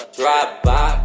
drive-by